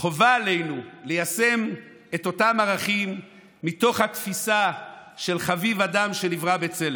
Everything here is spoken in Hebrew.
חובה עלינו ליישם את אותם ערכים מתוך התפיסה של "חביב אדם שנברא בצלם".